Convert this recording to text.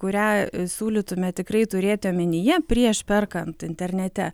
kurią siūlytume tikrai turėti omenyje prieš perkant internete